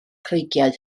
creigiau